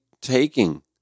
taking